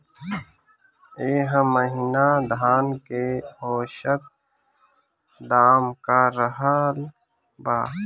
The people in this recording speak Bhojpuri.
एह महीना धान के औसत दाम का रहल बा?